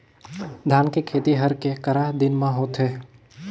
धान के खेती हर के करा दिन म होथे?